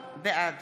בעד